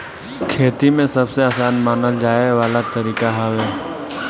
खेती में सबसे आसान मानल जाए वाला तरीका हवे